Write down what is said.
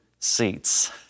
seats